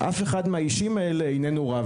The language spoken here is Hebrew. אף אחד מהאישים האלה איננו רב.